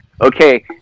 okay